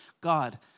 God